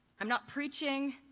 i'm not preaching.